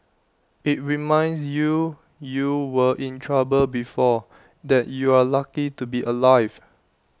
IT reminds you you were in trouble before that you're lucky to be alive